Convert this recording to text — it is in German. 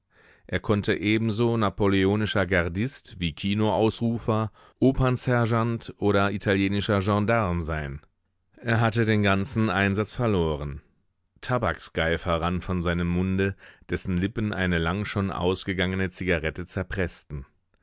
er konnte ebenso napoleonischer gardist wie kinoausrufer opernsergeant oder italienischer gendarm sein er hatte den ganzen einsatz verloren tabaksgeifer rann von seinem munde dessen lippen eine lang schon ausgegangene zigarette zerpreßten